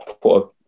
put